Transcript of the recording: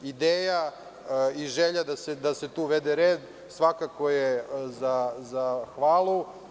Ideja i želja da se tu uvede red svakako je za pohvalu.